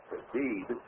indeed